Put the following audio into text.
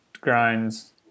grinds